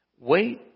Wait